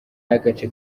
y’agace